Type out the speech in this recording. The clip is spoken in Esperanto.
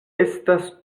estas